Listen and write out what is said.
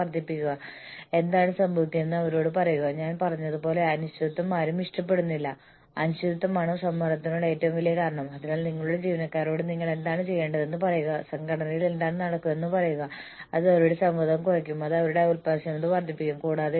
corporate wide പ്ലാനുകളുടെ പോരായ്മകൾ ESOP കളിലെന്നപോലെ ജീവനക്കാർക്കും കാര്യമായ അപകടസാധ്യതയുണ്ട് മാക്രോ ഇക്കണോമിക് ശക്തികളോട് ഉയർന്ന എക്സ്പോഷർ ഉണ്ടാകാം ഉൽപ്പാദനക്ഷമതയിലും വലിയ സ്വാധീനം ഉണ്ടായേക്കാം ദീർഘകാല സാമ്പത്തിക ബുദ്ധിമുട്ടുകൾ ഉണ്ടാകാം